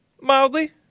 Mildly